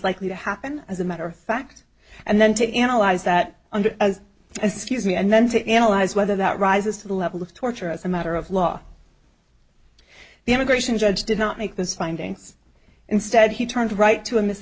likely to happen as a matter of fact and then to analyze that under as a scuse me and then to analyze whether that rises to the level of torture as a matter of law the immigration judge did not make those findings instead he turned right to a mis